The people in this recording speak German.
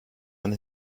ein